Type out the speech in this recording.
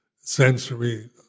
sensory